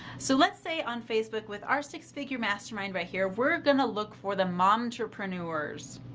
so, let's say on facebook with our six figure mastermind right here, we're going to look for the momtrepreneurs,